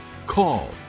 call